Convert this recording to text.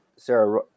Sarah